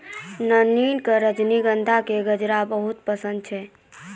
नलिनी कॅ रजनीगंधा के गजरा बहुत पसंद छै